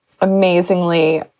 amazingly